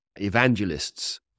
evangelists